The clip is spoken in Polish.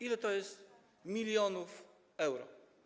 Ile to jest milionów euro?